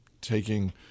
taking